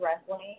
wrestling